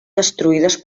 destruïdes